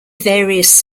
various